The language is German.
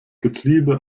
getriebe